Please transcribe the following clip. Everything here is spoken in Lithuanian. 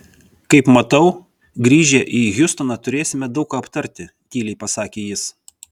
kaip matau grįžę į hjustoną turėsime daug ką aptarti tyliai pasakė jis